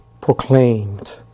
proclaimed